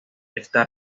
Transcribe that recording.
está